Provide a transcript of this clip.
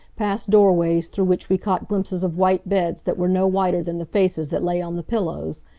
past doorways through which we caught glimpses of white beds that were no whiter than the faces that lay on the pillows.